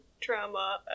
trauma